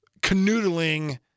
canoodling